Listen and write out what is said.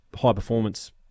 high-performance